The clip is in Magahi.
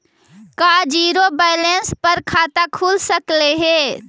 का जिरो बैलेंस पर खाता खुल सकले हे?